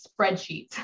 spreadsheets